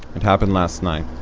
it happened last night.